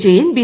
Jain B